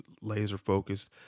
laser-focused